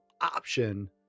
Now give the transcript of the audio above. option